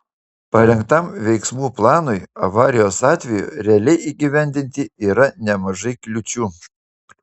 parengtam veiksmų planui avarijos atveju realiai įgyvendinti yra nemažai kliūčių